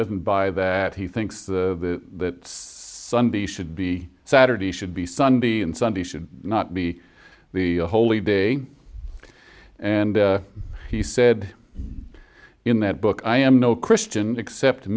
doesn't buy that he thinks the sunday should be saturday should be sunday and sunday should not be the holy day and he said in that book i am no christian except